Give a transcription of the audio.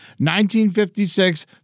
1956